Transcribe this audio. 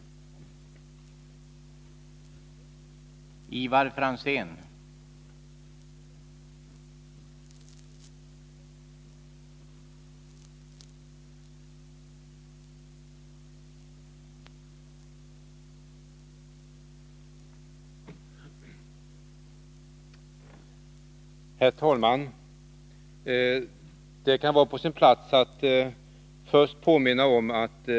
Jag yrkar bifall till motion 1495.